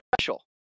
special